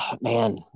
man